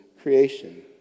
creation